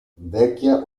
vecchia